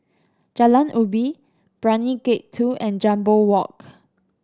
Jalan Ubi Brani Gate Two and Jambol Walk